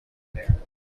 there